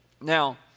Now